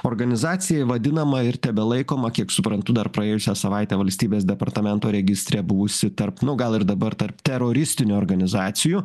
organizacija vadinama ir tebelaikoma kiek suprantu dar praėjusią savaitę valstybės departamento registre buvusi tarp nu gal ir dabar tarp teroristinių organizacijų